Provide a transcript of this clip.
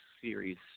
series